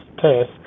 test